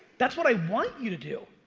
that's what i want you to do.